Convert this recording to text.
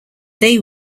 they